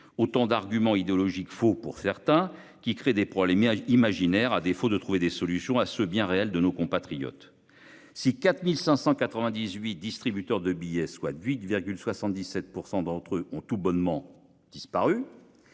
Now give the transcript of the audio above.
Autant d'arguments idéologiques faut pour certains qui crée des problèmes et à imaginaire à défaut de trouver des solutions à ce bien réelle de nos compatriotes. Si 4598 distributeurs de billets soit de vie. 77% d'entre eux ont tout bonnement disparu.